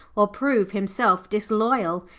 or prove himself disloyal,